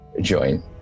join